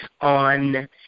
on